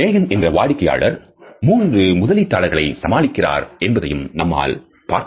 இதில் மேகன் என்ற வாடிக்கையாளர் 3 முதலீட்டாளர்களை சமாளிக்கிறார் என்பதையும் நம்மால் பார்க்க முடிகிறது